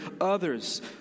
others